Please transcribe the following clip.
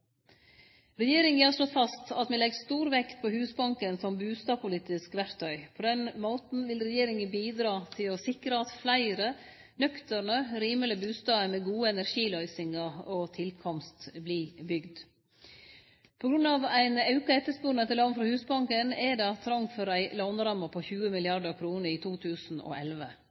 Regjeringa har slått fast at vi legg stor vekt på Husbanken som bustadpolitisk verktøy. På den måten vil regjeringa bidra til å sikre at fleire nøkterne, rimelege bustader med gode energiløysingar og god tilkomst vert bygde. På grunn av auka etterspurnad etter lån frå Husbanken er det trong for ei låneramme på 20 mrd. kr i 2011.